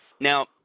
Now